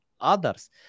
others